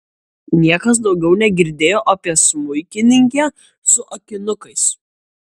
niekas daugiau negirdėjo apie smuikininkę su akinukais